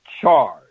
charge